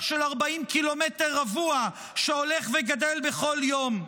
של 40 קילומטר רבוע שהולך וגדל בכל יום?